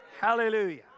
Hallelujah